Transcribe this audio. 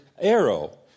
arrow